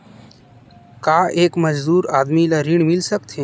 का एक मजदूर आदमी ल ऋण मिल सकथे?